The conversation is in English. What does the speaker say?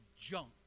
junk